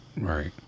Right